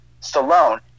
Stallone